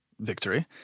victory